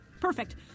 Perfect